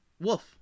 Wolf